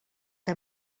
que